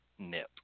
nip